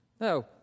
No